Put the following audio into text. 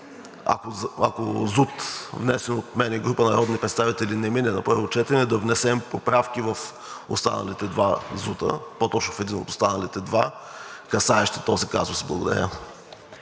ако ЗУТ, внесен от мен и група народни представители, не мине на първо четене, да внесем поправки в останалите два ЗУТ-а, по-точно в един от останалите два, касаещи този казус. Благодаря.